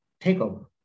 takeover